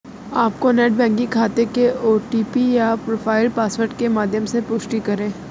अपने net banking खाते के ओ.टी.पी या प्रोफाइल पासवर्ड के माध्यम से पुष्टि करें